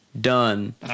done